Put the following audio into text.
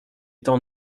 temps